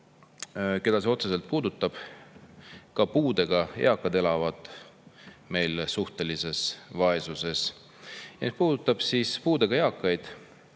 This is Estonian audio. keda see otseselt puudutab. Ka puudega eakad elavad meil suhtelises vaesuses. Mis puudutab puudega